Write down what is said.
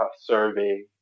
survey